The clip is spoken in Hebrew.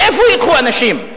לאיפה ילכו האנשים?